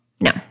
No